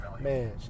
man